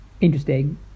interesting